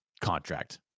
contract